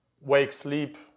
wake-sleep